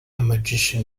magician